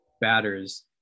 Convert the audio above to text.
batters